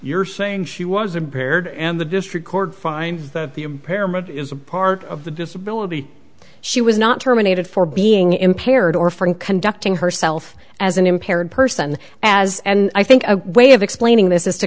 you're saying she was impaired and the district court finds that the impairment is a part of the disability she was not terminated for being impaired or from conducting herself as an impaired person as and i think a way of explaining this